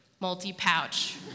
multi-pouch